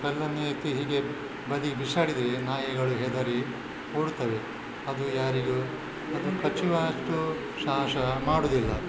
ಕಲ್ಲನ್ನು ಎತ್ತಿ ಹೀಗೆ ಬದಿ ಬಿಸಾಡಿದರೆ ನಾಯಿಗಳು ಹೆದರಿ ಓಡುತ್ತವೆ ಅದು ಯಾರಿಗೂ ಅದು ಕಚ್ಚುವಷ್ಟು ಸಾಹಸ ಮಾಡೋದಿಲ್ಲ